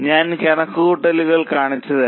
ഞാൻ കണക്കുകൾ കാണിച്ചുതരാം